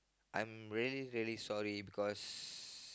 I'm really really sorry because